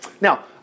Now